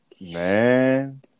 Man